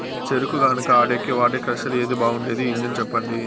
చెరుకు గానుగ ఆడేకి వాడే క్రషర్ ఏది బాగుండేది ఇంజను చెప్పండి?